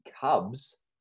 Cubs